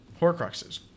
Horcruxes